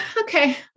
okay